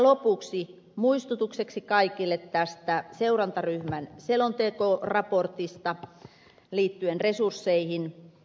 lopuksi muistutukseksi kaikille tästä seurantaryhmän selontekoraportista liittyen resursseihin